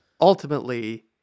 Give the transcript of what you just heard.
ultimately